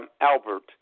Albert